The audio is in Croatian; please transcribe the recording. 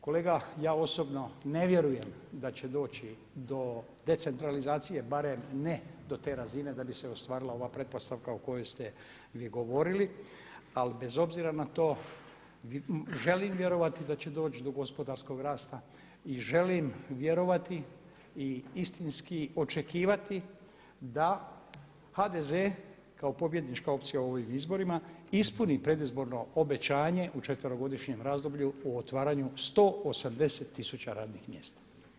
Kolega ja osobno ne vjerujem da će doći do decentralizacije, barem ne do te razine da bi se ostvarila ova pretpostavka o kojoj ste vi govorili, ali bez obzira na to želim vjerovati da će doći do gospodarskog rasta i želim vjerovati i istinski očekivati da HDZ kao pobjednička opcija na ovim izborima ispuni predizborno obećanje u 4-godišnjem razdoblju o otvaranju 180 tisuća radnih mjesta.